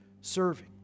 serving